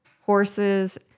horses